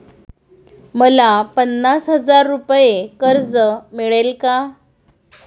मला पन्नास हजार रुपये कर्ज मिळेल का?